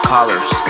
Colors